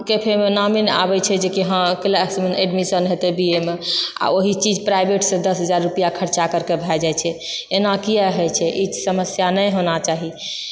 कैफेमे नामे नहि आबैत छै जेकि हँ क्लासमे एडमिशन हेतै बीएमे आ ओहि चीज प्राइवेटसँ दश हजार रुपआ खर्चा करके भए जाइत छै एना किआ होइत छै ई समस्या नहि होना चाही